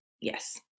yes